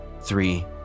three